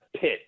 pit